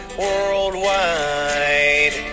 worldwide